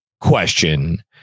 question